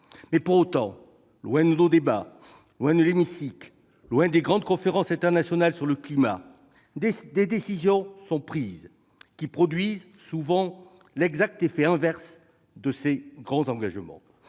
Reste que, loin de nos débats, loin de l'hémicycle, loin des grandes conférences internationales sur le climat, des décisions sont prises qui produisent souvent l'effet exactement inverse à ces grands engagements.